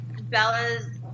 Bella's